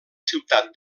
ciutat